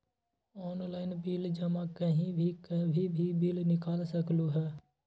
Online bill जमा कहीं भी कभी भी बिल निकाल सकलहु ह?